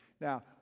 Now